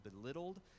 belittled